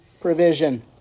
provision